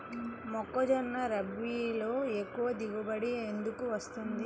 మొక్కజొన్న రబీలో ఎక్కువ దిగుబడి ఎందుకు వస్తుంది?